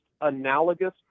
analogous